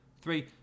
three